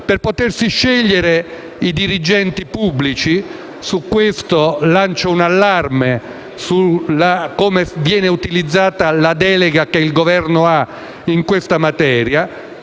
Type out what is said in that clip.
per potersi scegliere i dirigenti pubblici (a tal proposito lancio un allarme su come viene utilizzata la delega che il Governo ha in questa materia);